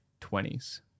20s